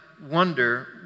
wonder